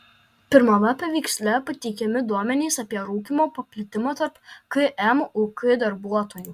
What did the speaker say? pirmame paveiksle pateikiami duomenys apie rūkymo paplitimą tarp kmuk darbuotojų